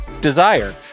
Desire